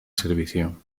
servicio